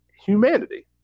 humanity